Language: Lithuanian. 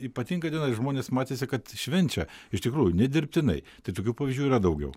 ypatinga diena ir žmonės matėsi kad švenčia iš tikrųjų nedirbtinai tai tokių pavyzdžių yra daugiau